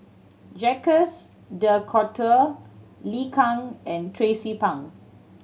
Jacques De Coutre Liu Kang and Tracie Pang